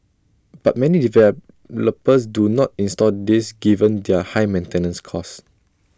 but many developers do not install these given their high maintenance costs